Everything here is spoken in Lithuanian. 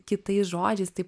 kitais žodžiais taip